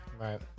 Right